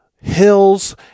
hills